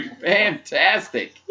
Fantastic